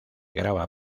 grava